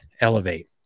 Elevate